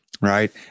right